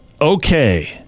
okay